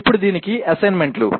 ఇప్పుడు దీనికి అసైన్మెంట్లు